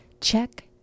Check